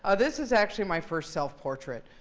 ah this is actually my first self-portrait.